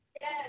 yes